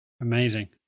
Amazing